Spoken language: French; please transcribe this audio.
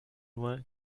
loin